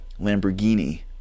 Lamborghini